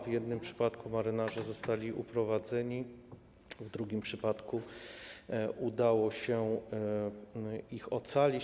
W jednym przypadku marynarze zostali uprowadzeni, w drugim przypadku udało się ich ocalić.